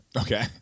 Okay